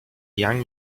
young